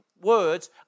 words